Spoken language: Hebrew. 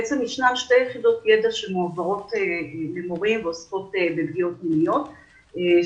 ישנן שתי יחידות ידע שמועברות למורים ועוסקות בפגיעות מיניות,